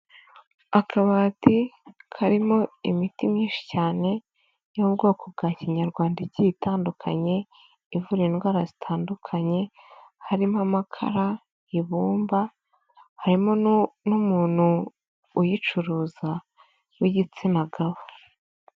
Akabati karimo imiti myinshi cyane y'ubwoko bwa kinyarwanda igitandukanye, ivura indwara zitandukanye, harimo amakara, ibumba, harimo n'umuntu uyicuruza w'igitsina gabo.